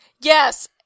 Yes